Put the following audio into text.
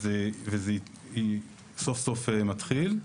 וזה סוף-סוף מתחיל.